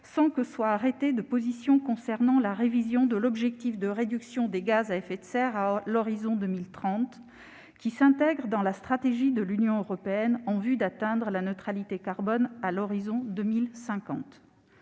sans que soit arrêtée de position concernant la révision de l'objectif de réduction des gaz à effet de serre à l'horizon de 2030, objectif qui s'intègre dans la stratégie de l'Union européenne en vue d'atteindre la neutralité carbone à l'horizon de 2050.